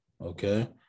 okay